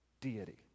deity